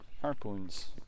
Harpoons